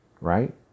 right